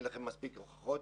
אין לכם מספיק הוכחות?